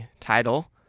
title